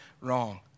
wrong